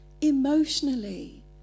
emotionally